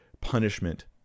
punishment